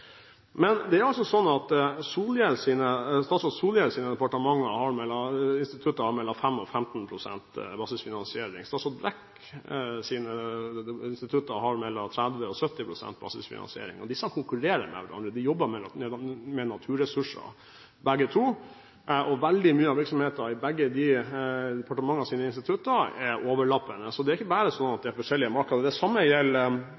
Statsråd Solhjells institutter har mellom 5 og 15 pst. basisfinansiering, og statsråd Brekks institutter har mellom 30 og 70 pst. basisfinansiering. Disse konkurrerer med hverandre. De jobber begge to med naturressurser, og veldig mye av virksomheten i disse departementenes institutter er overlappende, ikke bare at det er forskjellige markeder. Det samme gjelder